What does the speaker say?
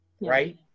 right